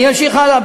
אני ממשיך הלאה.